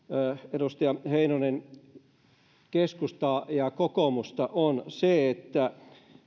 edustaja heinonen keskustaa ja kokoomusta on se että